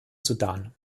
sudan